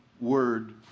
word